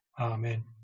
Amen